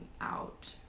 out